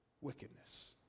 wickedness